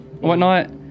whatnot